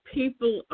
people